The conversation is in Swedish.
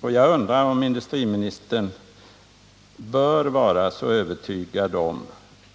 Jag undrar emellertid om industriministern bör vara så övertygad om